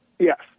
Yes